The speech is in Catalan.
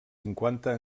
cinquanta